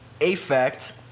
affect